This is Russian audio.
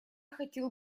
хотел